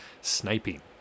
sniping